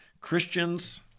Christians